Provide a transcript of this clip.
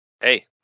Hey